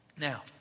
Now